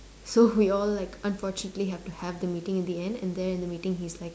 so we all like unfortunately have to have the meeting in the end and there in the meeting he's like